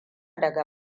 daga